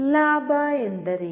ಲಾಭ ಎಂದರೇನು